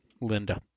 Linda